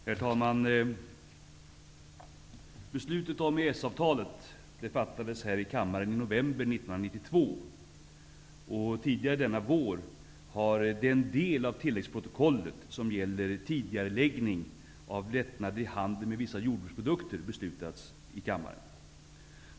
Herr talman! Beslutet om EES-avtalet fattades här i kammaren i november 1992. Tidigare denna vår har den del av tilläggsprotokollet som gäller tidigareläggning av lättnader i handel med vissa jordbruksprodukter beslutats i kammaren.